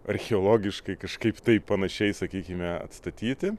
archeologiškai kažkaip tai panašiai sakykime atstatyti